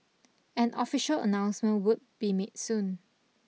an official announcement would be made soon